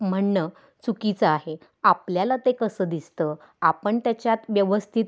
म्हणणं चुकीचं आहे आपल्याला ते कसं दिसतं आपण त्याच्यात व्यवस्थित